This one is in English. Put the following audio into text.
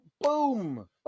boom